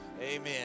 Amen